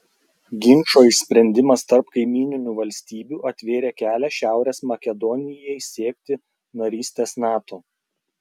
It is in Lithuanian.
ginčo išsprendimas tarp kaimyninių valstybių atvėrė kelią šiaurės makedonijai siekti narystės nato